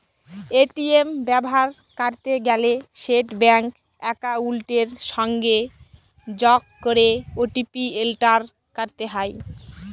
ATM ব্যাভার ক্যরতে গ্যালে সেট ব্যাংক একাউলটের সংগে যগ ক্যরে ও.টি.পি এলটার ক্যরতে হ্যয়